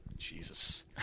Jesus